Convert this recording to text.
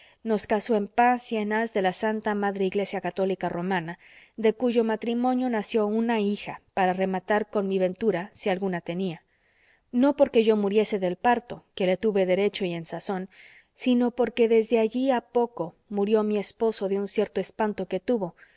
nos casó en paz y en haz de la santa madre iglesia católica romana de cuyo matrimonio nació una hija para rematar con mi ventura si alguna tenía no porque yo muriese del parto que le tuve derecho y en sazón sino porque desde allí a poco murió mi esposo de un cierto espanto que tuvo